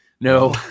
No